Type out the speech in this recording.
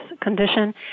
condition